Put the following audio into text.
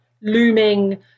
looming